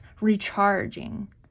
recharging